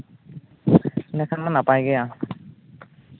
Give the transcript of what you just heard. ᱮᱸᱰᱮᱠᱷᱟᱱ ᱢᱟ ᱱᱟᱯᱟᱭ ᱜᱮᱭᱟ